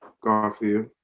Garfield